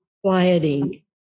quieting